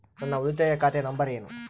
ನನ್ನ ಉಳಿತಾಯ ಖಾತೆ ನಂಬರ್ ಏನು?